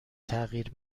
تغییر